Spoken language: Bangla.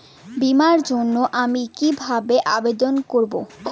বিমার জন্য আমি কি কিভাবে আবেদন করব?